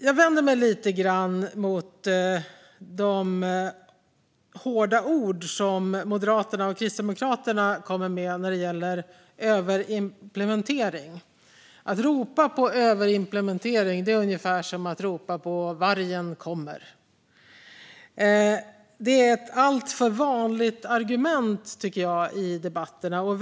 Jag vänder mig lite grann mot de hårda ord som Moderaterna och Kristdemokraterna kommer med när det gäller överimplementering. Att ropa överimplementering är ungefär som att ropa vargen kommer. Det är ett alltför vanligt argument i debatterna, tycker jag.